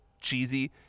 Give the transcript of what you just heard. cheesy